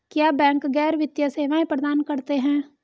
क्या बैंक गैर वित्तीय सेवाएं प्रदान करते हैं?